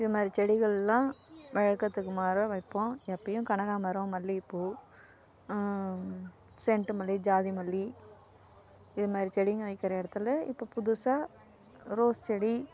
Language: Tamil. இது மாதிரி செடிகள்லாம் வழக்கத்துக்கு மாறாக வைப்போம் எப்பவும் கனகாம்பரம் மல்லிகை பூ செண்டு மல்லி ஜாதிமல்லி இது மாதிரி செடிங்க வைக்கிற இடத்துல இப்போ புதுசாக ரோஸ் செடி